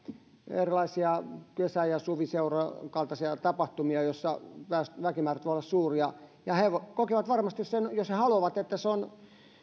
erilaisia kesä ja suviseurojen kaltaisia tapahtumia joissa väkimäärät voivat olla suuria ja he kokevat varmasti sen jos he haluavat että se on